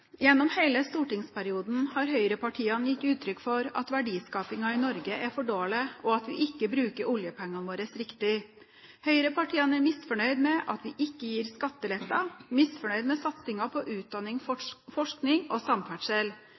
Gjennom hele stortingsperioden har høyrepartiene gitt uttrykk for at verdiskapingen i Norge er for dårlig, og at vi ikke bruker oljepengene våre riktig. Høyrepartiene er misfornøyd med at vi ikke gir skatteletter, og misfornøyd med satsingen på utdanning, forskning og samferdsel.